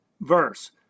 verse